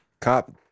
cop